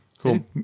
cool